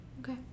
okay